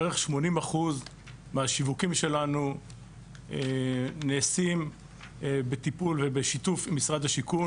בערך 80% מהשיווקים שלנו נעשים בטיפול ובשיתוף משרד לשיכון.